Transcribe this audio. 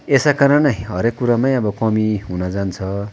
यसै कारण हरेक कुरामै अब कमी हुन जान्छ